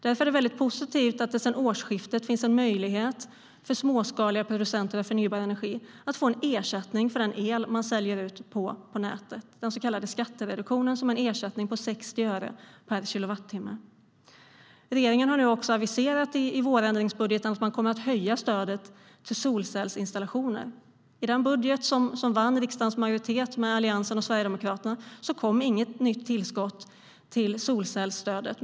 Därför är det väldigt positivt att det sedan årsskiftet finns en möjlighet för småskaliga producenter av förnybar energi att få ersättning för den el som man säljer ut på nätet, den så kallade skattereduktionen som uppgår till 60 öre per kilowattimme. Regeringen aviserar nu också i vårändringsbudgeten att man kommer att höja stödet till solcellsinstallationer. I den budget som vann riksdagens majoritet från Alliansen och Sverigedemokraterna kom det inget nytt tillskott till solcellsstödet.